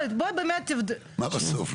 מה בסוף?